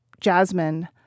Jasmine